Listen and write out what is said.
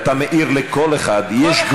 להחיל את המשפט העברי לתוך החוק הישראלי, חזן.